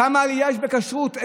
כמה עלייה יש בכשרות,